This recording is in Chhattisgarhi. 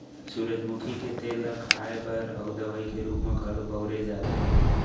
सूरजमुखी के तेल ल खाए बर अउ दवइ के रूप म घलौ बउरे जाथे